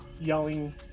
yelling